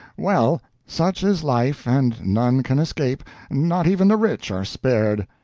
well, such is life, and none can escape not even the rich are spared.